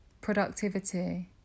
productivity